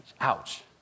Ouch